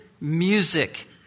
music